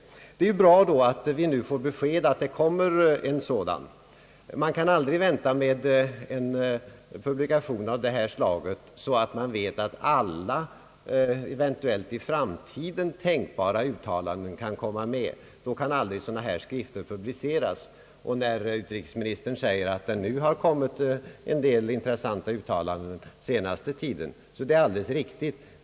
Därför är det bra att vi nu får besked om att en vitbok kommer. Man kan aldrig vänta så länge med en publikation av detta slag att man är säker på att alla eventuellt tänkbara framtida uttalanden kommer med. I så fall skulle sådana här skrifter aldrig bli publicerade. Det är alldeles riktigt när utrikesministern säger att en del intressanta uttalanden har kommit under senaste tiden.